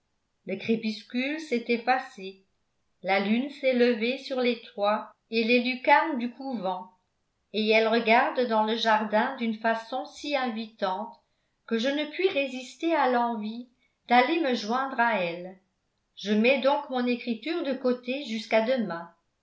le crépuscule s'est effacé la lune s'est levée sur les toits et les lucarnes du couvent et elle regarde dans le jardin d'une façon si invitante que je ne puis résister à l'envie d'aller me joindre à elle je mets donc mon écriture de côté jusqu'à demain